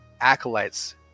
acolytes